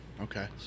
Okay